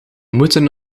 moeten